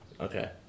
Okay